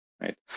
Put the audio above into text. right